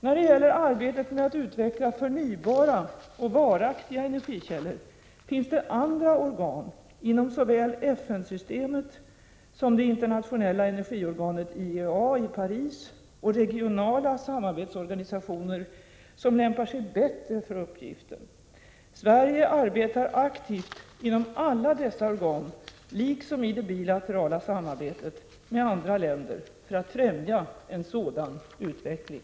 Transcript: När det gäller arbetet med att utveckla förnybara och varaktiga energikällor finns det andra organ inom såväl FN-systemet som det internationella energiorganet IEA i Paris och regionala samarbetsorganisationer, vilka lämpar sig bättre för uppgiften. Sverige arbetar aktivt inom alla dessa organ, liksom i det bilaterala samarbetet med andra länder, för att främja en sådan utveckling.